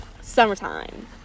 summertime